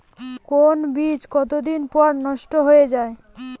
কোন বীজ কতদিন পর নষ্ট হয়ে য়ায়?